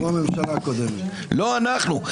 לא אנחנו.